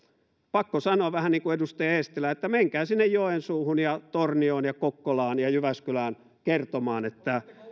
pakko sanoa vähän niin kuin edustaja eestilä että menkää sinne joensuuhun ja tornioon ja kokkolaan ja jyväskylään kertomaan että